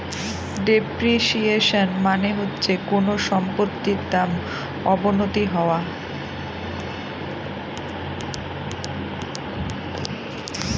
depreciation মানে হচ্ছে কোনো সম্পত্তির দাম অবনতি হওয়া